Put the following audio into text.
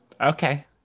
Okay